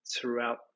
throughout